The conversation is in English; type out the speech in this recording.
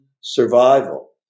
survival